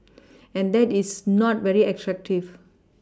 and that is not very attractive